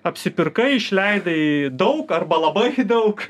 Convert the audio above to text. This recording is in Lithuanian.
apsipirkai išleidai daug arba labai daug